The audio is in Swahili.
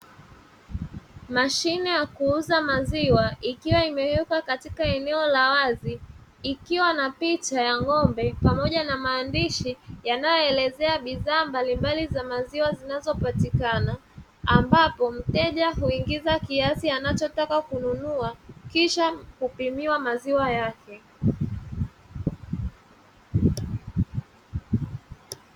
Mashine ya kuuza maziwa ikiwa imewekwa katika eneo la wazi ikiwa na picha ya ng'ombe pamoja na maandishi yanayoelezea bidhaa mbalimbali za maziwa zinazopatikana, ambapo mteja huingiza kiasi anachotaka kununua kisha kupimiwa maziwa yake.